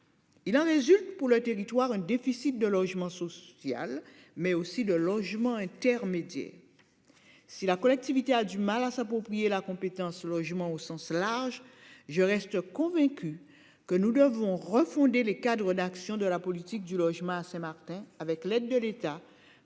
Il en est juste pour le territoire un déficit de logement social, mais aussi le logement intermédiaire. Si la collectivité a du mal à s'approprier la compétence logement au sens large. Je reste convaincu que nous devons refonder les cadres d'action de la politique du logement à Martin avec l'aide de l'État,